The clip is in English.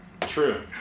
True